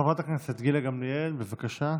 חברת הכנסת גילה גמליאל, בבקשה,